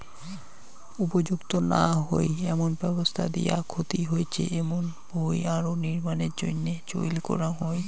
উপযুক্ত না হই এমন ব্যবস্থা দিয়া ক্ষতি হইচে এমুন ভুঁই আরো নির্মাণের জইন্যে চইল করাঙ হই